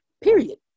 Period